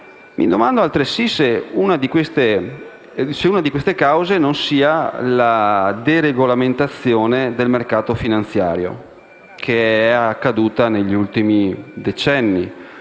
Mi domando, altresì, se una di queste cause non sia la deregolamentazione del mercato finanziario accaduta negli ultimi decenni;